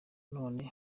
none